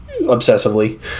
obsessively